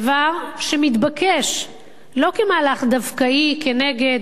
דבר שמתבקש לא כמהלך דווקאי נגד